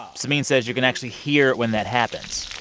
samin says you can actually hear when that happens